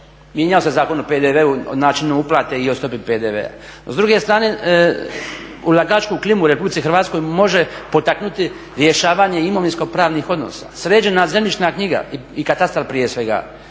Mijenjao se Zakon o PDV-u, o načinu uplate i o stopi PDV-a. S druge strane, ulagačku klimu u RH može potaknuti rješavanje imovinsko pravnih odnosa, sređena zemljišna knjiga i katastar prije svega.